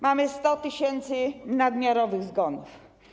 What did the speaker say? Mamy 100 tys. nadmiarowych zgonów.